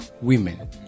women